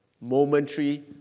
momentary